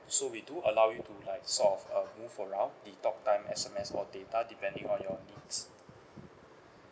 so we do allow you to like sort of uh move around the talk time S_M_S or data depending on your needs